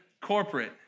corporate